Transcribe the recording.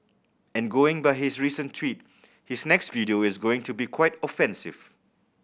and going by his recent tweet his next video is going to be quite offensive